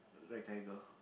rectangle